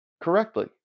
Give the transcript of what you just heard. Correctly